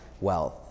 wealth